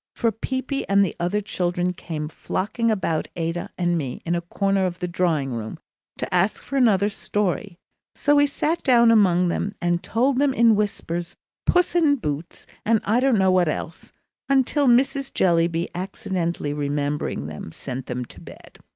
for peepy and the other children came flocking about ada and me in a corner of the drawing-room to ask for another story so we sat down among them and told them in whispers puss in boots and i don't know what else until mrs. jellyby, accidentally remembering them, sent them to bed.